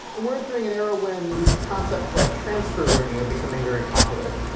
and we're entering an era when these concepts, like transfer learning are becoming very popular.